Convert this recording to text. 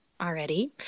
already